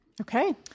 Okay